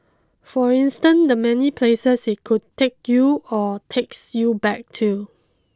for instance the many places it could take you or takes you back to